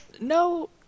no